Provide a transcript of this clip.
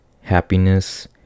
happiness